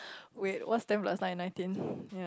wait what's ten plus nine nineteen yea